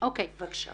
מבקשת